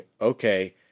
okay